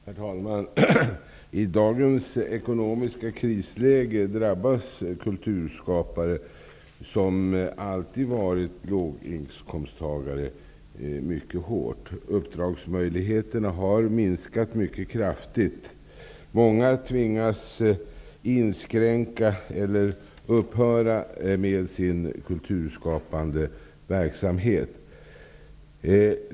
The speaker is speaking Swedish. Herr talman! I dagens ekonomiska krisläge drabbas kulturskapare, som alltid har varit låginkomsttagare, mycket hårt. Uppdragen har minskat mycket kraftigt. Många tvingas inskränka, eller upphöra med, sin kulturskapande verksamhet.